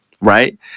right